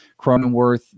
Cronenworth